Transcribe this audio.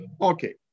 Okay